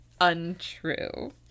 untrue